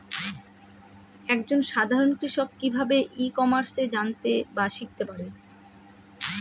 এক জন সাধারন কৃষক কি ভাবে ই কমার্সে জানতে বা শিক্ষতে পারে?